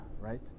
right